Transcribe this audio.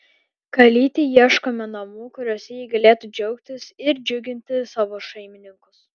kalytei ieškome namų kuriuose ji galėtų džiaugtis ir džiuginti savo šeimininkus